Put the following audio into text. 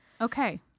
Okay